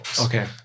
Okay